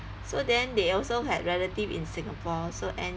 so then they also had relative in singapore so and